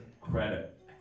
credit